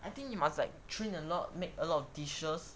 I think you must like train a lot make a lot of dishes